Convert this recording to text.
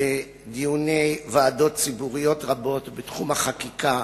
בדיוני ועדות ציבוריות רבות בתחום החקיקה,